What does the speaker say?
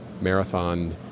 marathon